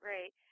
Right